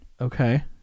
Okay